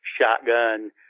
shotgun